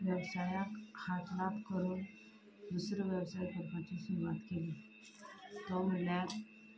हो वेवसायाक करून दुसरो वेवसाय करपाची सुरवात केली तो म्हणल्यार